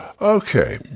Okay